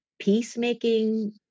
peacemaking